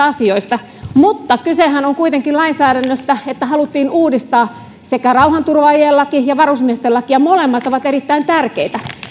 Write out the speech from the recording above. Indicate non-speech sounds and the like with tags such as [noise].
[unintelligible] asioista on kysymys mutta kysehän on kuitenkin lainsäädännöstä että haluttiin uudistaa sekä rauhanturvaajien laki että varusmiesten laki ja molemmat ovat erittäin tärkeitä